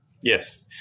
Yes